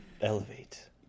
Elevate